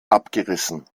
abgerissen